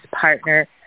partner